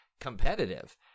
competitive